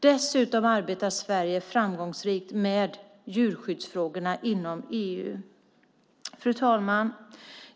Dessutom arbetar Sverige framgångsrikt med djurskyddsfrågorna inom EU. Fru ålderspresident!